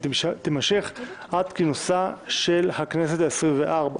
והיא תימשך עד כינוסה של הכנסת העשרים וארבע.